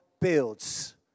builds